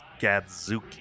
Gadzuki